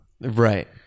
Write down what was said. Right